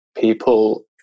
people